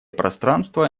пространство